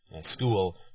school